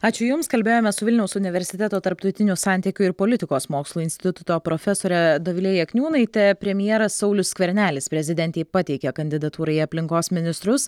ačiū jums kalbėjome su vilniaus universiteto tarptautinių santykių ir politikos mokslų instituto profesore dovile jakniūnaite premjeras saulius skvernelis prezidentei pateikė kandidatūrą į aplinkos ministrus